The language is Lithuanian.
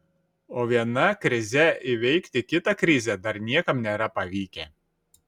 o viena krize įveikti kitą krizę dar niekam nėra pavykę